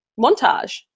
montage